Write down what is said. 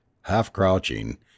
half-crouching